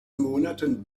monaten